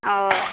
ओ